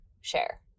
share